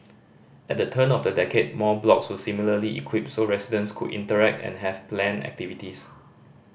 at the turn of the decade more blocks were similarly equipped so residents could interact and has planned activities